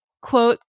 quote